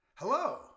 Hello